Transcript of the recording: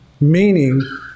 Meaning